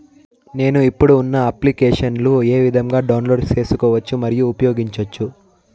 నేను, ఇప్పుడు ఉన్న అప్లికేషన్లు ఏ విధంగా డౌన్లోడ్ సేసుకోవచ్చు మరియు ఉపయోగించొచ్చు?